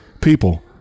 people